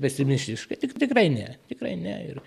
pesimistiška tik tikrai ne tikrai ne ir